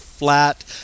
Flat